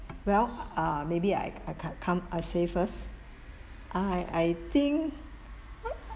well uh maybe I I come I say first I I think